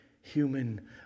human